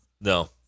No